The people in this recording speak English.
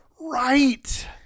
Right